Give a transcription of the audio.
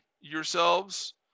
yourselves